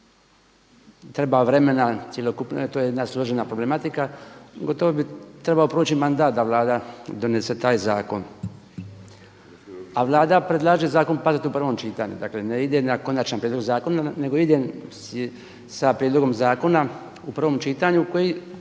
treba vremena, cjelokupna, to je jedna složena problematika. Gotovo bi trebao proći mandat da Vlada donese taj zakon. A Vlada predlaže zakon …/Govornik se ne razumije./… dakle ne ide na konačan prijedlog zakona nego ide sa prijedlogom zakona u prvom čitanju koji